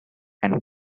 and